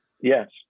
Yes